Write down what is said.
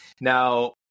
Now